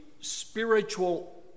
spiritual